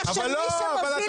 אבל לא.